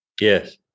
Yes